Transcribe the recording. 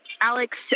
Alex